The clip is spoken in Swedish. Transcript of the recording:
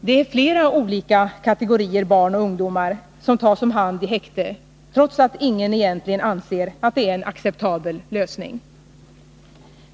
Det är flera olika kategorier barn och ungdomar som tas om hand i häkte, trots att ingen egentligen anser att detta är en acceptabel lösning.